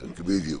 בדיוק.